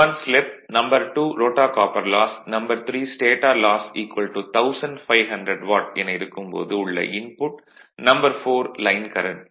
1 slip 2 rotor copper loss 3 stator loss 1500 watt என இருக்கும் போது உள்ள இன்புட் 4 லைன் கரண்ட்